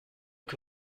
que